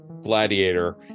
Gladiator